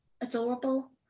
Adorable